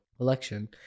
election